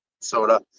soda